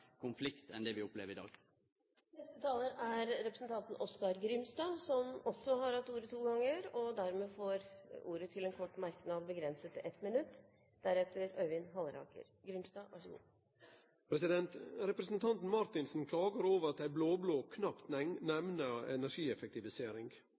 konflikt enn det vi opplever i dag. Representanten Oskar J. Grimstad har også hatt ordet to ganger tidligere og får ordet til en kort merknad, begrenset til 1 minutt. Representanten Marthinsen klagar over at dei blå-blå knapt